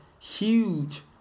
huge